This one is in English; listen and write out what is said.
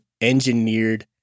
engineered